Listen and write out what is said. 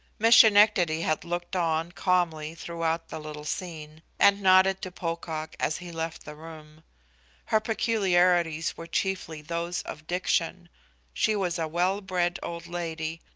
miss schenectady had looked on calmly throughout the little scene, and nodded to pocock as he left the room her peculiarities were chiefly those of diction she was a well-bred old lady,